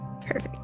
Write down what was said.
Perfect